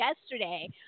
yesterday